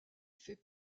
fait